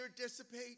dissipate